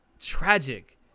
tragic